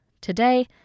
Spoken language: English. Today